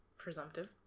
presumptive